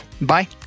Bye